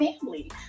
family